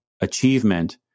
achievement